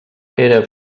era